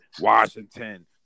Washington